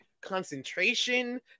concentration